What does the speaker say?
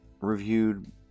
reviewed